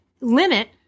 limit